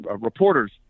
reporters